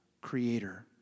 creator